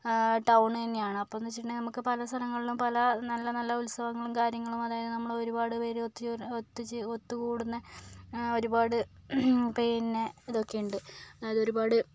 town തന്നെയാണ് അപ്പോഴെന്ന് വെച്ചിട്ടുണ്ടെങ്കിൽ നമുക്ക് പല സ്ഥലങ്ങളിലും പല നല്ല നല്ല ഉത്സവങ്ങളും കാര്യങ്ങളും അതായത് നമ്മൾ ഒരുപാട് പേര് ഒത്ത്ചേ ഒത്ത്ചെ ഒത്ത് കൂടുന്ന ഒരുപാട് പിന്നെ ഇതൊക്കെയുണ്ട് അത് ഒരുപാട്